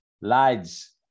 lads